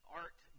art